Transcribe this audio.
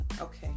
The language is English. Okay